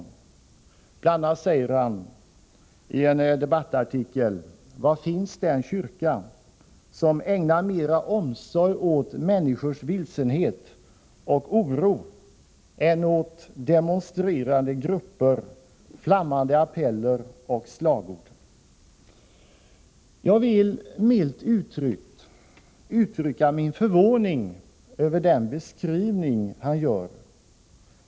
I en debattartikel säger Gösta Bohman bl.a.: ”Var finns den kyrka--- som ägnar mera omsorg åt människors vilsenhet och oro än åt demonstrerande grupper, flammande appeller och slagord?” Jag vill, milt sagt, uttrycka min förvåning över den beskrivning Gösta Bohman gör.